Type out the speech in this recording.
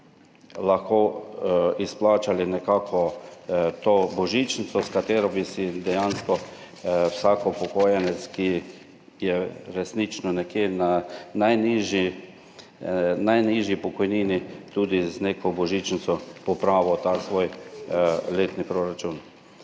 lahko izplačali to božičnico, s katero bi si dejansko vsak upokojenec, ki je resnično nekje na najnižji pokojnini, tudi z neko božičnico popravil ta svoj letni proračun.